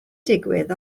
digwydd